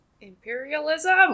Imperialism